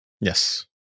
Yes